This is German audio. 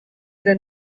denn